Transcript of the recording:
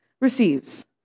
receives